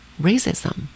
racism